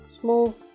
Small